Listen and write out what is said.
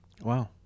Wow